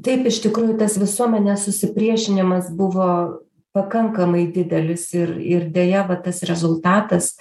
taip iš tikrųjų tas visuomenės susipriešinimas buvo pakankamai didelis ir ir deja va tas rezultatas